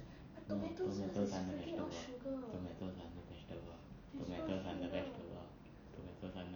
tomato's under vegetable tomato's under vegetable tomato's under vegetable tomato's under vegetable